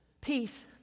Peace